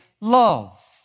love